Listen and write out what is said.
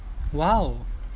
!wow!